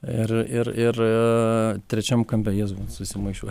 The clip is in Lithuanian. ir ir ir trečiam kampe jęzau susimaišiuoja